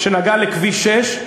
שנגעה בכביש 6,